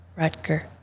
Rutger